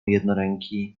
jednoręki